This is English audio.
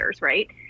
right